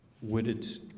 would it's